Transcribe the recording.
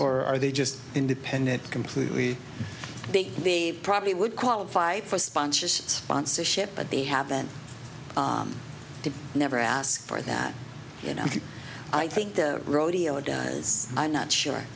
or are they just independent completely big the probably would qualify for sponsors sponsorship but they haven't never asked for that you know i think the rodeo does i'm not sure